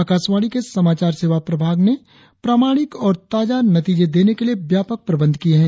आकाशवाणी के समाचार सेवा प्रभाग ने प्रमाणिक और ताजा नतीजे देने के लिए व्यापक प्रबंध किए है